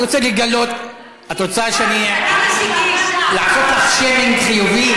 אני רוצה לגלות, לעשות לך שיימינג חיובי?